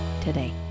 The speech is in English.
today